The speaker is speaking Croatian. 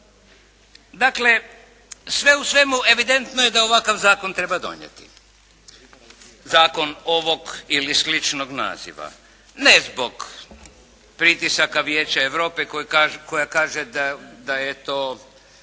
Dakle sve u svemu evidentno je da ovakav zakon treba donijeti. Zakon ovog ili sličnog naziva. Ne zbog pritisaka Vijeća Europe koja kaže da je to